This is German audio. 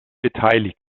beteiligt